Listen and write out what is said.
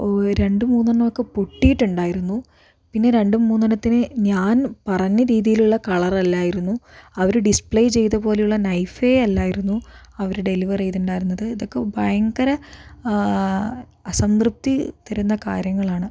ഓ രണ്ട് മൂന്നെണ്ണമൊക്കെ പൊട്ടീട്ടുണ്ടായിരുന്നു പിന്നെ രണ്ട് മൂന്നെണ്ണത്തിന് ഞാൻ പറഞ്ഞ രീതിയിലുള്ള കളറല്ലായിരുന്നു അവർ ഡിസ്പ്ലേ ചെയ്ത പോലുള്ള നൈഫേ അല്ലായിരുന്നു അവർ ഡെലിവറ് ചെയ്തിട്ടുണ്ടായിരുന്നത് ഇതൊക്കെ ഭയങ്കര അസംതൃപ്തി തരുന്ന കാര്യങ്ങളാണ്